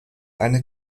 eine